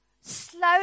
slowly